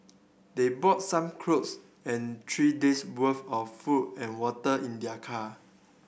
they brought some clothes and three days' worth of food and water in their car